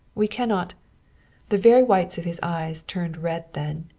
we cannot the very whites of his eyes turned red then.